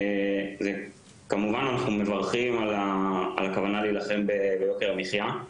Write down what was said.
אנחנו מברכים כמובן על הכוונה להילחם ביוקר המחיה,